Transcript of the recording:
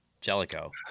Jellico